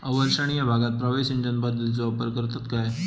अवर्षणिय भागात प्रभावी सिंचन पद्धतीचो वापर करतत काय?